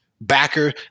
Backer